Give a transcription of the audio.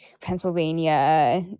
Pennsylvania